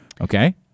Okay